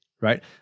right